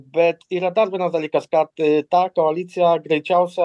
bet yra dar vienas dalykas kad ta koalicija greičiausia